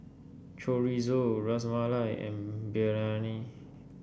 Chorizo Ras Malai and Biryani